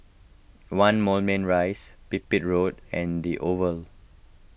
one Moulmein Rise Pipit Road and the Oval